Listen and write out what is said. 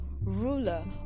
ruler